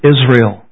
Israel